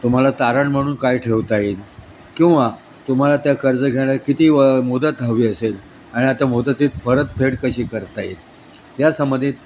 तुम्हाला तारण म्हणून काय ठेवता येईल किंवा तुम्हाला त्या कर्ज घेण्यात किती व मुदत हवी असेल आणि आता मुदतीत परतफेड कशी करता येईल या सबंधित